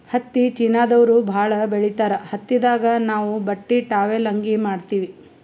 ಹತ್ತಿ ಚೀನಾದವ್ರು ಭಾಳ್ ಬೆಳಿತಾರ್ ಹತ್ತಿದಾಗ್ ನಾವ್ ಬಟ್ಟಿ ಟಾವೆಲ್ ಅಂಗಿ ಮಾಡತ್ತಿವಿ